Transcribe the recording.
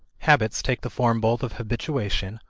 habits take the form both of habituation,